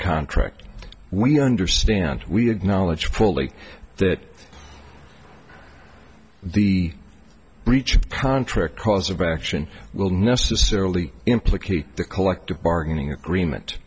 contract we understand we acknowledge fully that the breach of contract cause of action will necessarily implicate the collective bargaining agreement